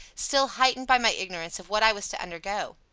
still heightened by my ignorance of what i was to undergo.